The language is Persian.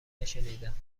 نشنیدم